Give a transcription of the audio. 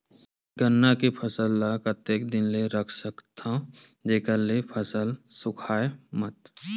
गन्ना के फसल ल कतेक दिन तक रख सकथव जेखर से फसल सूखाय मत?